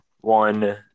one